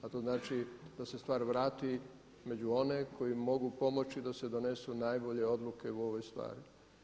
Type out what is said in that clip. A to znači da se stvar vrati među one koji mogu pomoći da se donesu najbolje odluke u ovoj stvari.